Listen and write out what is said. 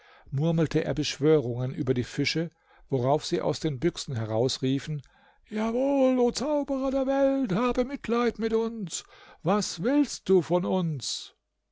murmelte er beschwörungen über die fische worauf sie aus den büchsen heraus riefen jawohl o zauberer der welt habe mitleid mit uns was willst du von uns